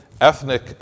ethnic